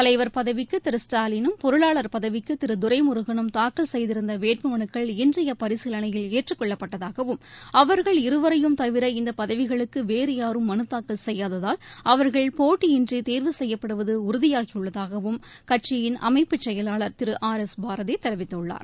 தலைவர் பதவிக்கு திரு ஸ்டாவினும் பொருளாளர் பதவிக்கு திரு துரைமுருகனும் தாக்கல் செய்திருந்த வேட்புமலுக்கள் இன்றைய பரிசீலனையில் ஏற்றுக் கொள்ளப்பட்டதாகவும் அவாகள் இருவரையும் தவிர இந்த பதவிகளுக்கு வேறு யாரும் மனு தாக்கல் செய்யாததால் அவர்கள் போட்டியின்றி தோ்வு செய்யப்படுவது உறதியாகியுள்ளதாகவும் கட்சியின் அமைப்புச் செயலாளர் திரு ஆர் எஸ் பாரதி தெரிவித்துள்ளார்